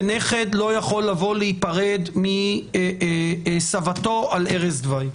שנכד לא יכול לבוא להיפרד מסבתו על ערש דווי?